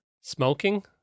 Smoking